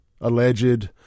alleged